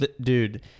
dude